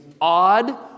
odd